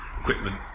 equipment